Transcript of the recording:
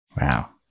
wow